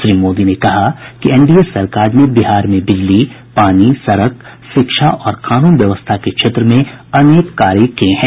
श्री मोदी ने कहा कि एन डी ए सरकार ने बिहार में बिजली पानी सड़क शिक्षा और कानून व्यवस्था के क्षेत्र में अनेक कार्य किये हैं